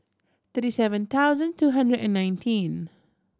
thirty seven thousand two hundred and nineteen